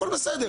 הכול בסדר.